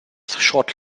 short